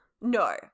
No